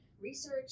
research